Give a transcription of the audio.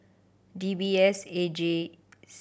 D B S A G